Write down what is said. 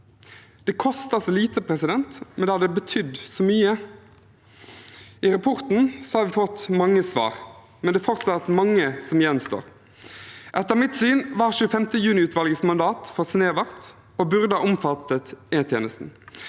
Det koster så lite, men det hadde betydd så mye. I rapporten har vi fått mange svar, men det er fortsatt mange som gjenstår. Etter mitt syn var 25. juni-utvalgets mandat for snevert og burde ha omfattet E-tjenesten.